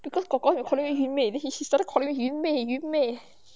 because kor kor is calling me 云妹 she started calling me 云妹云妹